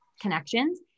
connections